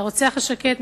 זה הרוצח השקט,